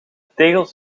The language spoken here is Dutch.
tegels